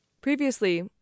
Previously